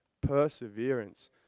Perseverance